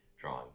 drawing